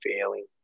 failing